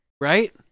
Right